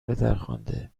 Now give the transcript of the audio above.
پدرخوانده